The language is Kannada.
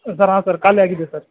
ಸರ್ ಹಾಂ ಸರ್ ಖಾಲಿ ಆಗಿದೆ ಸರ್